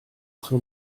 train